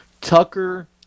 Tucker